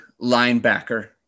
linebacker